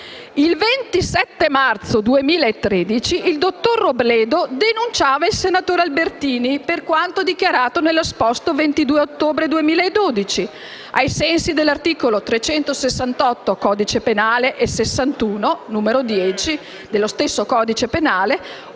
Il 27 marzo 2013 il dottor Robledo denunciava il senatore Albertini per quanto dichiarato nell'esposto del 22 ottobre 2012, ai sensi dell'articolo 368 del codice penale e 61, n. 10, dello stesso codice penale